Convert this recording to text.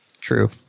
True